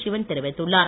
சிவன் தெரிவித்துள்ளார்